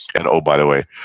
and oh, by the way,